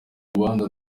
urubanza